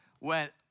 went